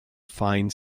fine